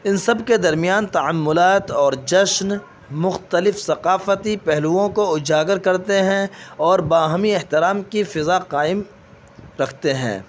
ان سب کے درمیان تعاملات اور جشن مختلف ثقافتی پہلوؤں کو اجاگر کرتے ہیں اور باہمی احترام کی فضا قائم رکھتے ہیں